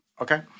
okay